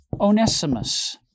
Onesimus